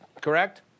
Correct